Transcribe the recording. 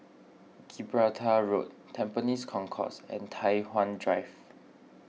Gibraltar Road Tampines Concourse and Tai Hwan Drive